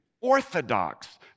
Orthodox